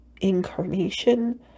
incarnation